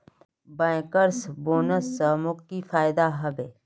bankers bonus स मोक की फयदा हबे